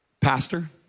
pastor